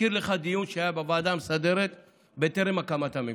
אזכיר לך דיון שהיה בוועדה המסדרת בטרם הקמת הממשלה.